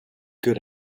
good